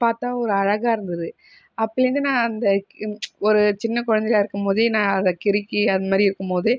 பார்த்தா ஒரு அழகாக இருந்தது அப்பேலேருந்து நான் அந்த ஒரு சின்ன குழந்தையாக இருக்கும் போதே நான் அதை கிறுக்கி அதுமாதிரி இருக்கும் போது